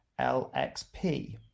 LXP